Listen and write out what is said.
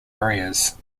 areas